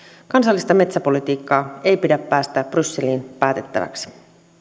kansallista metsäpolitiikkaa ei pidä päästää brysseliin päätettäväksi